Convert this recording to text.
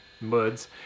Muds